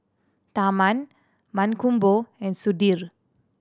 Tharman Mankombu and Sudhir